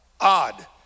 odd